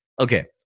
Okay